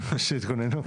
שיתכוננו.